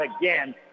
again